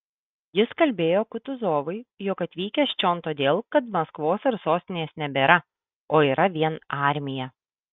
jis kalbėjo kutuzovui jog atvykęs čion todėl kad maskvos ir sostinės nebėra o yra vien armija